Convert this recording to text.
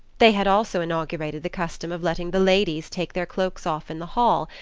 they had also inaugurated the custom of letting the ladies take their cloaks off in the hall,